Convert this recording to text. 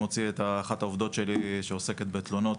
מוציא את אחת העובדות שלי שעוסקת בתלונות